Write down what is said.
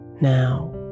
now